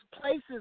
places